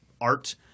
art